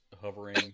hovering